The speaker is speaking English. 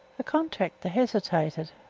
the contractor hesitated.